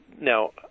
now